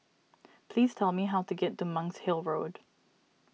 please tell me how to get to Monk's Hill Road